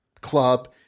club